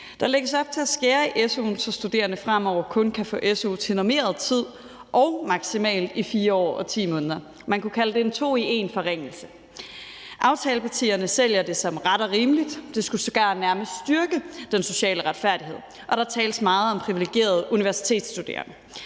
Der lægges op til at skære i su'en, så studerende fremover kun kan få su til normeret tid og maksimalt i 4 år og 10 måneder. Man kunne kalde det en to i en-forringelse. Aftalepartierne sælger det som ret og rimeligt. Det skulle sågar nærmest styrke den sociale retfærdighed, og der tales meget om privilegerede universitetsstuderende.